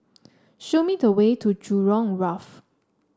show me the way to Jurong Wharf